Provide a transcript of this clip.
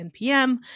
NPM